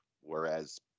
whereas